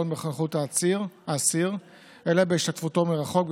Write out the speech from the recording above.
בנוכחות האסיר אלא בהשתתפותו מרחוק,